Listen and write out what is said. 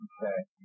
Okay